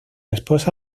esposa